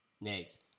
next